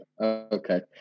Okay